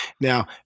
Now